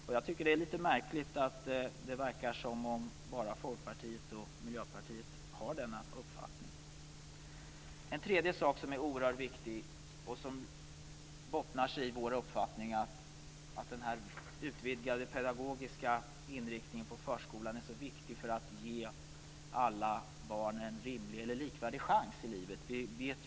Jag tycker att det är litet märkligt att det bara är Folkpartiet och Miljöpartiet som har denna uppfattning. Den tredje punkten - som är oerhört viktig - bottnar i den uppfattningen att den utvidgade pedagogiska inriktningen på förskolan är så viktig därför att det ger alla barn en likvärdig chans i livet.